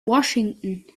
washington